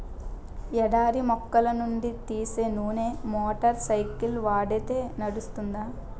ఎడారి మొక్కల నుంచి తీసే నూనె మోటార్ సైకిల్కి వాడితే నడుస్తుంది